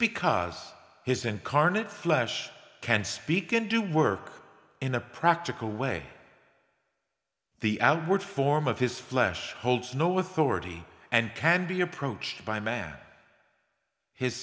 because his incarnate flesh can speak and do work in a practical way the outward form of his flesh holds no authority and can be approached by man his